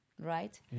Right